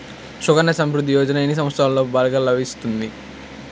సుకన్య సంవృధ్ది యోజన ఎన్ని సంవత్సరంలోపు బాలికలకు వస్తుంది?